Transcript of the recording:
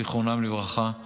זיכרונם לברכה,